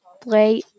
play